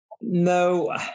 No